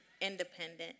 independent